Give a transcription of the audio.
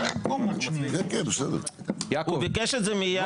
הוא ביקש את זה מיד כשמתן סיים לדבר.